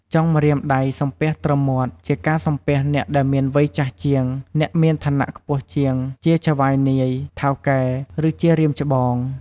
ចុងម្រាមដៃសំពះត្រឹមមាត់ ជាការសំពះអ្នកដែលមានវ័យចាស់ជាង អ្នកមានឋានៈខ្ពស់ជាង ជាចៅហ្វាយនាយ ថៅកែ ឬ ជារៀមច្បង។